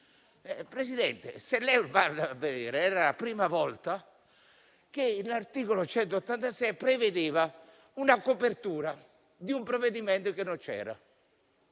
Presidente, se lei va a vedere, era la prima volta che l'articolo 186 prevedeva una copertura di un provvedimento che non c'era.